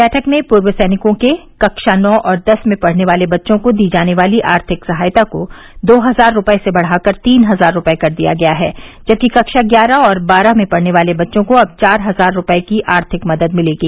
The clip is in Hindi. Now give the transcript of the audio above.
बैठक में पूर्व सैनिकों के कक्षा नौ और दस में पढ़ने वाले बच्चों को दी जाने वाली आर्थिक सहायता को दो हजार रूपये से बढ़ाकर तीन हजार रूपये कर दिया गया है जबकि कक्षा ग्यारह और बारह में पढ़ने वाले बच्चों को अब चार हजार रूपये की आर्थिक मदद मिलेगी